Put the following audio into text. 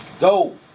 Go